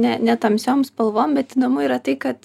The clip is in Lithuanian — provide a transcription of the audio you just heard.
ne ne tamsiom spalvom bet įdomu yra tai kad